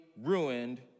ruined